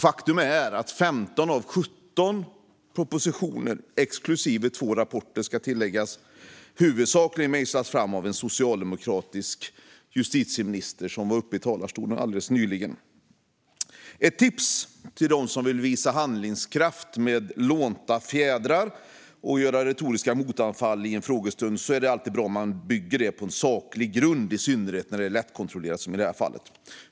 Faktum är att 15 av 17 propositioner - exklusive två rapporter, ska tilläggas - huvudsakligen mejslats fram av en socialdemokratisk justitieminister som var uppe i talarstolen alldeles nyligen. Ett tips till dem som vill visa handlingskraft med lånta fjädrar och göra retoriska motanfall i en frågestund är att det alltid är bra om man bygger det på en saklig grund, i synnerhet när det som i detta fall är lättkontrollerat.